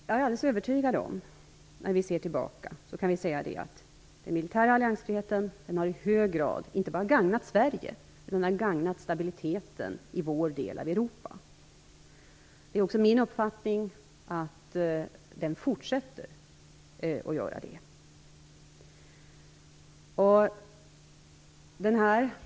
Jag är alldeles övertygad om att vi, när vi ser tillbaka, kan säga att den militära alliansfriheten inte bara i hög grad har gagnat Sverige, den har också gagnat stabiliteten i vår del av Europa. Det är också min uppfattning att den fortsätter att göra det.